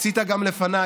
עשית גם לפניי,